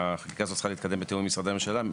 שהחקיקה הזאת צריכה להתקדם בתיאום עם משרדי הממשלה,